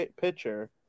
pitcher